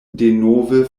denove